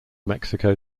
mexico